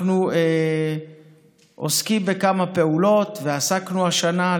אנחנו עוסקים בכמה פעולות ועסקנו השנה.